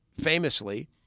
famously